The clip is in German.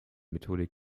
methodik